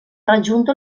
raggiunto